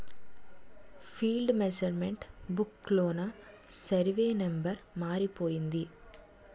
field measurement book లోన survey number మారిపోయింది